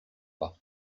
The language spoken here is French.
pas